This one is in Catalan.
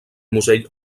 musell